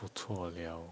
不错 liao